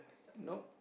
nope